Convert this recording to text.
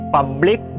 Public